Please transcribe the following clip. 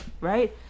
Right